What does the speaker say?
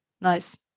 Nice